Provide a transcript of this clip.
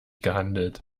gehandelt